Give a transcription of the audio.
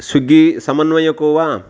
Swiggy समन्वयको व